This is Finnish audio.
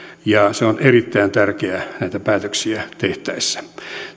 ja ne ovat erittäin tärkeitä näitä päätöksiä tehtäessä